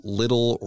little